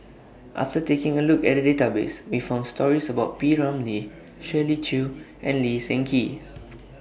after taking A Look At The Database We found stories about P Ramlee Shirley Chew and Lee Seng Gee